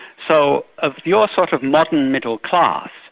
so of your sort of modern middle class,